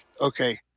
okay